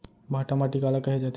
भांटा माटी काला कहे जाथे?